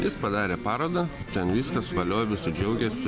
jis padarė parodą ten viskas valio visi džiaugiasi